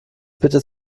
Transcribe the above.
bitte